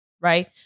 right